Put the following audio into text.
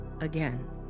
Again